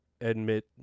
admit